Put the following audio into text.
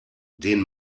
den